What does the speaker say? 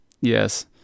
Yes